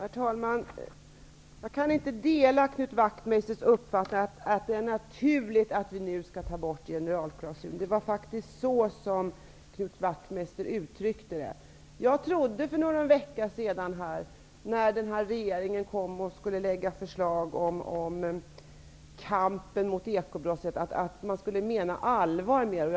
Herr talman! Jag delar inte Knut Wachtmeisters uppfattning att det är naturligt att nu ta bort generalklausulen. Det var faktiskt så som Knut Wachtmeister uttryckte det hela. För någon vecka sedan när regeringen skulle lägga fram förslag om kampen mot ekobrottsligheten, trodde jag att man menade allvar med förslaget.